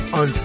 on